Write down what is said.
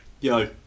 Yo